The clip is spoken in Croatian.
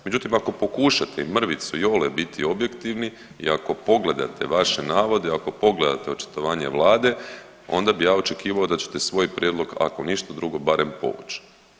Međutim, ako pokušate i mrvicu iole biti objektivni i ako pogledate vaše navode, ako pogledate očitovanje Vlade onda bi ja očekivao da ćete svoj prijedlog ako ništa drugo barem povući.